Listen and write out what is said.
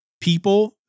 people